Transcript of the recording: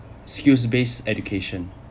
skills based education